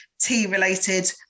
tea-related